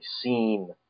seen